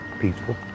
peaceful